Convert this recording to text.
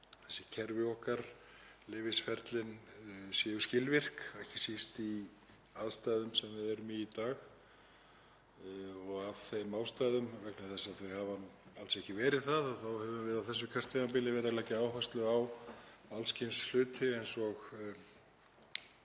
þessi kerfi okkar, leyfisferlin, séu skilvirk, ekki síst í aðstæðum sem við erum í í dag. Af þeim ástæðum, vegna þess að þau hafa alls ekki verið það, þá höfum við á þessu kjörtímabili verið að leggja áherslu á alls kyns hluti eins og